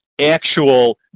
actual